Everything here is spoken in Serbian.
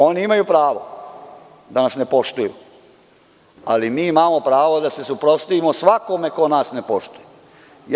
Oni imaju pravo da nas ne poštuju, ali mi imamo pravo da se suprotstavimo svakome ko nas ne poštuje.